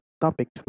topics